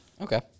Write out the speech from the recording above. Okay